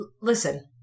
Listen